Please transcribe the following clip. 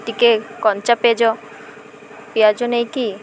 ଟିକେ କଞ୍ଚା ପିଆଜ ପିଆଜ ନେଇକରି